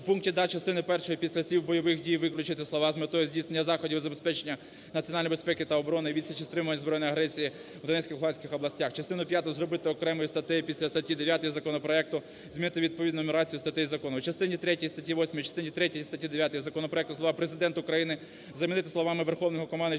В пункті 2 частини першої після слів "бойових дій" виключити слова "з метою здійснення заходів забезпечення національної безпеки та оборони, відсічі і стримування збройної агресії у Донецькій і Луганській областях". Частину п'яту зробити окремою статтею. Після статті 9 законопроекту змінити відповідно нумерацію статей закону. У частині третій статті 8, у частині третій статті 9 законопроекту слова "Президент України" замінити словами "Верховного